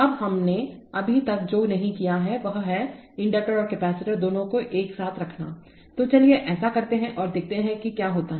अबहमने अभी तक जो नहीं किया है वह है इंडक्टर्स और कैपेसिटर दोनों को एक साथ रखनातो चलिए ऐसा करते हैं और देखते हैं कि क्या होता है